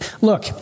Look